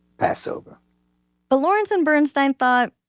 passover but lawrence and bernstine thought